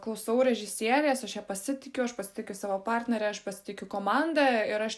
klausau režisierės aš ja pasitikiu aš pasitikiu savo partnere aš pasitikiu komanda ir aš